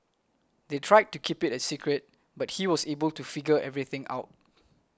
they tried to keep it a secret but he was able to figure everything out